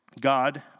God